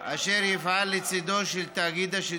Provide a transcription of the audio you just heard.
אשר יפעל לצידו של תאגיד השידור הציבורי.